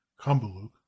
kambaluk